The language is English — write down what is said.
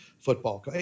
football